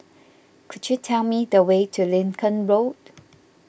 could you tell me the way to Lincoln Road